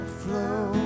flow